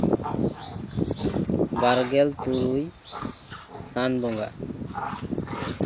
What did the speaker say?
ᱵᱟᱨᱜᱮᱞ ᱛᱩᱨᱩᱭ ᱥᱟᱱ ᱵᱚᱸᱜᱟ